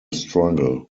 struggle